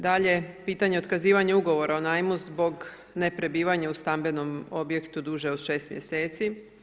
Dalje, pitanje otkazivanja ugovora o najmu zbog neprebivanja u stambenom objektu duže od 6 mjeseci.